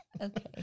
Okay